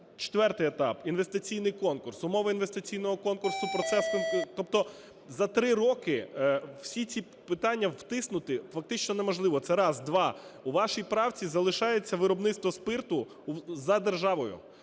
Четвертий етап – інвестиційний конкурс, умови інвестиційного конкурсу, процес. Тобто за 3 роки всі ці питання втиснути фактично неможливо. Це раз. Два. У вашій правці залишається виробництво спирту за державою.